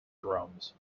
drums